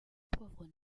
poivre